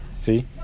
see